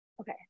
Okay